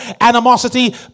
animosity